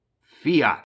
Fiat